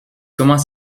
comment